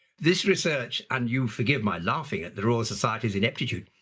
this research and you forgive my laughing at the royal society's ineptitude,